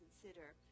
consider